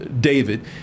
David